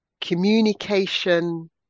communication